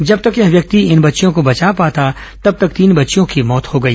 जब तक यह व्यक्ति इन बच्चियों को बचा पाता तब तक तीन बच्चियों की मौत हो गई